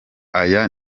aya